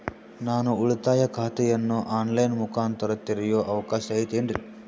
ನಾನು ಉಳಿತಾಯ ಖಾತೆಯನ್ನು ಆನ್ ಲೈನ್ ಮುಖಾಂತರ ತೆರಿಯೋ ಅವಕಾಶ ಐತೇನ್ರಿ?